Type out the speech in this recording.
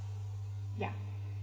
ya